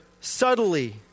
subtly